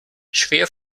schwer